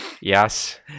Yes